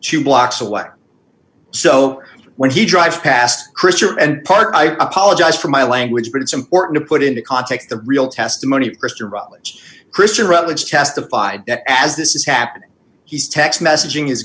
blocks away so when he drives past christian and part i apologize for my language but it's important to put into context the real testimony mr rutledge christian rutledge testified that as this is happening he's text messaging his